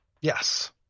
Yes